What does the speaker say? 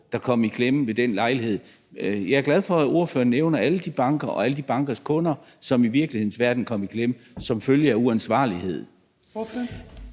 der kom i klemme ved den lejlighed. Jeg er glad for, at ordføreren nævner alle de banker og alle de bankers kunder, som i virkelighedens verden kom i klemme som følge af uansvarlighed.